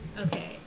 Okay